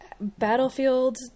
battlefield